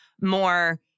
more